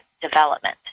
development